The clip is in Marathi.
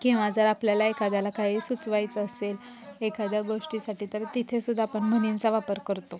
किंवा जर आपल्याला एखाद्याला काही सुचवायचं असेल एखाद्या गोष्टीसाठी तर तिथे सुद्धा आपण म्हणींचा वापर करतो